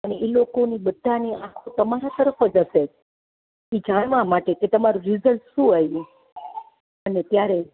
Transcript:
અને એ લોકોની બધાની આંખો તમારા તરફ જ હશે એ જાણવા માટે કે તમારું રિઝલ્ટ શું આવ્યું અને ત્યારે